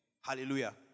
Hallelujah